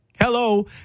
Hello